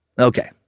Okay